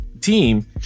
Team